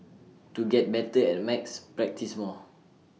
to get better at maths practise more